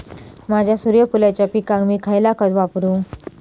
माझ्या सूर्यफुलाच्या पिकाक मी खयला खत वापरू?